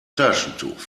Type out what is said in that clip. taschentuch